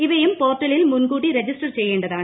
ഇവയും പോർട്ടലിൽ മുൻകൂട്ടി രജിസ്ട്രർ ചെയ്യേണ്ടതാണ്